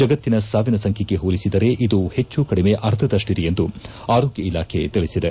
ಜಗತ್ತಿನ ಸಾವಿನ ಸಂಖ್ಯೆಗೆ ಹೋಲಿಸಿದರೆ ಇದು ಪೆಚ್ಚು ಕಡಿಮೆ ಅರ್ಧದಷ್ಟಿದೆ ಎಂದು ಆರೋಗ್ಯ ಇಲಾಖೆ ತಿಳಿಸಿದೆ